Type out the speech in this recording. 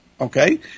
Okay